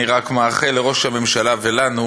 אני רק מאחל לראש הממשלה ולנו